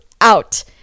out